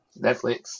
Netflix